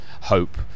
hope